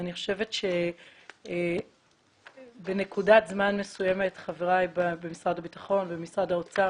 אני חושבת שבנקודת זמן מסוימת חבריי במשרד הביטחון ובמשרד האוצר,